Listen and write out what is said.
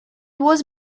was